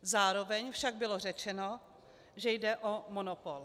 Zároveň však bylo řečeno, že jde o monopol.